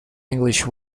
english